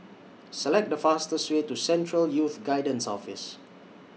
Select The fastest Way to Central Youth Guidance Office